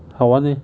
好玩 leh